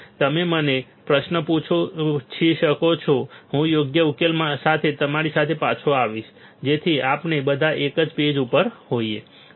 તેથી તમે મને પ્રશ્ન પૂછી શકો છો હું યોગ્ય ઉકેલ સાથે તમારી પાસે પાછો આવીશ જેથી આપણે બધા એક જ પેજ ઉપર હોઈએ